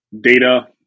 data